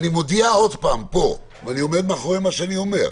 אני מודיע עוד פעם פה ואני עומד מאחורי מה שאני אומר,